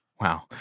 Wow